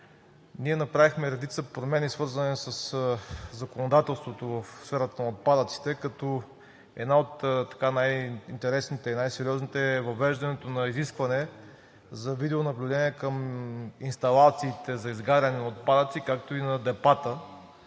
ние направихме редица промени, свързани със законодателството в сферата на отпадъците. Една от най-интересните и най-сериозните е въвеждане на изискването за видеонаблюдение към инсталациите за изгаряне на отпадъци, както и на депата